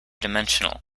dimensional